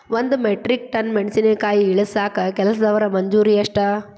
ಒಂದ್ metric tonne ಮೆಣಸಿನಕಾಯಿ ಇಳಸಾಕ್ ಕೆಲಸ್ದವರ ಮಜೂರಿ ಎಷ್ಟ?